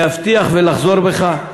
להבטיח ולחזור בך?